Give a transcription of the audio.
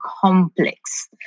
complex